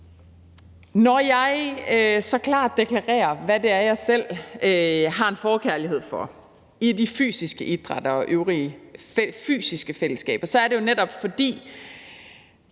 Når jeg så klart deklarerer, hvad det er, jeg selv har en forkærlighed for, nemlig de fysiske idrætter og øvrige fysiske fællesskaber, er det netop, fordi